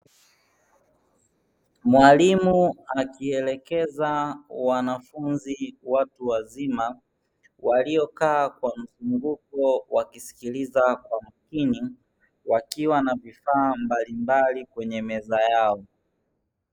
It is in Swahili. Mwalimu akielekeza wanafunzi watu wazima waliokaa kwa mzunguko wakisikiliza kwa makini, wakiwa na vifaa mbalimbali kwenye meza yao.